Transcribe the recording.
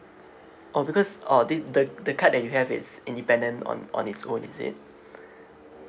oh because orh the the the card that you have it's independent on on on it's own is it